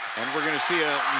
we're going to see a